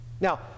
Now